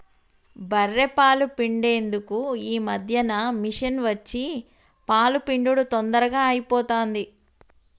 బఱ్ఱె పాలు పిండేందుకు ఈ మధ్యన మిషిని వచ్చి పాలు పిండుడు తొందరగా అయిపోతాంది